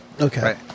Okay